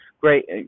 great